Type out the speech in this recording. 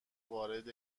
وارد